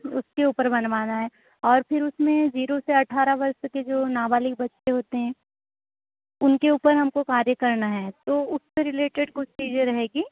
उसके ऊपर बनवाना है और फ़िर उसमें ज़ीरो से अट्ठारह वर्ष के जो नाबालिग बच्चे होते हैं उनके ऊपर हमको कार्य करना है तो उससे रिलेटेड कुछ चीज़े रहेगी